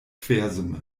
quersumme